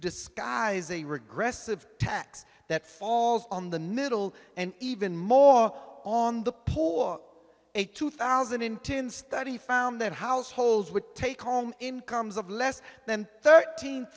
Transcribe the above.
disguise a regressive tax that falls on the middle and even more on the poor or a two thousand and ten study found that households with take home incomes of less than thirteen